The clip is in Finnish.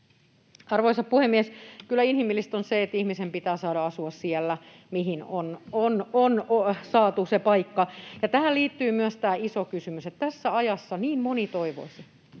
Arvoisa puhemies! Kyllä inhimillistä on se, että ihmisen pitää saada asua siellä, mihin on saatu se paikka. Ja tähän liittyy myös tämä iso kysymys, että tässä ajassa niin moni toivoisi,